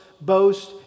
boast